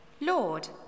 Lord